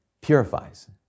purifies